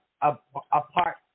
apart